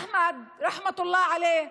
אחמד, רחמי האל עליו,